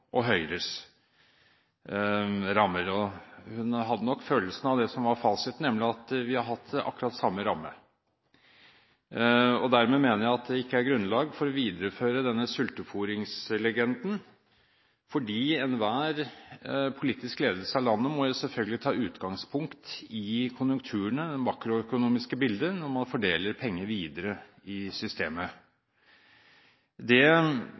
Høyres – forsto og nok hadde følelsen av det som var fasiten, nemlig at vi har hatt akkurat den samme rammen. Dermed mener jeg at det ikke er grunnlag for å videreføre denne sultefôringslegenden. Enhver politisk ledelse av landet må selvfølgelig ta utgangspunkt i konjunkturene, det makroøkonomiske bildet, når den fordeler penger videre i systemet. Det